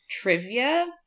trivia